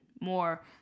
more